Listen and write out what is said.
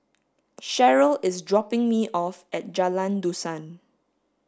Sharyl is dropping me off at Jalan Dusan